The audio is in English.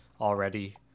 already